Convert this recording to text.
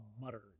muttered